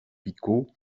picaud